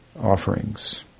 offerings